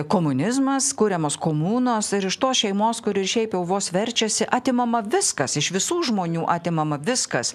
komunizmas kuriamos komunos ir iš tos šeimos kuri šiaip jau vos verčiasi atimama viskas iš visų žmonių atimama viskas